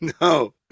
No